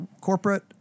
corporate